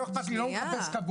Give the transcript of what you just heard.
לא איכפת לי אני לא רוצה כבוד.